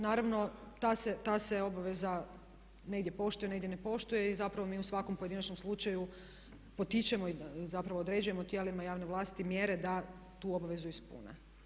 Naravno ta se obaveza negdje poštuje negdje ne poštuje i zapravo mi u svakom pojedinačnom slučaju potičemo i zapravo određujemo tijelima javne vlasti mjere da tu obavezu ispune.